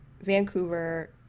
Vancouver